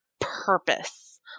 purpose